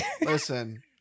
Listen